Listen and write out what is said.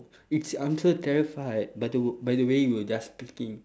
it's under terrified by the by the way you were just picking